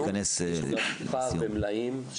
יש לנו גם פער במלאים.